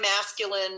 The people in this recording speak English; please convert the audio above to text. masculine